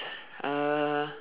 uh